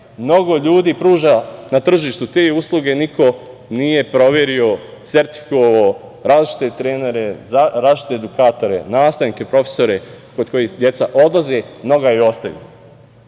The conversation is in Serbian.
Mnogo ljudi pruža na tržištu te usluge, niko nije proverio, sertifikovao različite trenere, različite edukatore, nastavnike, profesore kod kojih deca odlaze, mnoga i ostale.